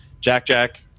Jack-Jack